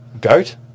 Goat